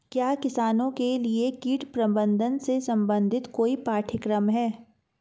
क्या किसानों के लिए कीट प्रबंधन से संबंधित कोई पाठ्यक्रम है?